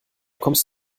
kommst